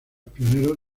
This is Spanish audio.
pioneros